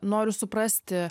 noriu suprasti